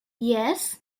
yes